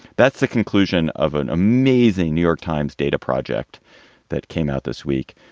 that's the conclusion of an amazing new york times data project that came out this week,